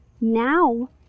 now